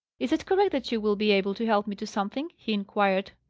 is it correct that you will be able to help me to something, he inquired,